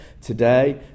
today